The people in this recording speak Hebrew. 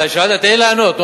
שאלת, תן לי לענות.